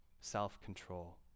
self-control